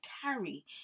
carry